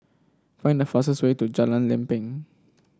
find the fastest way to Jalan Lempeng